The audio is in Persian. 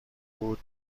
بود